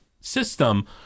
system